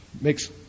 makes